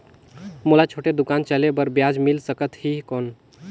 मोला छोटे दुकान चले बर ब्याज मिल सकत ही कौन?